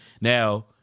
Now